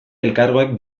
elkargoek